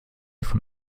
von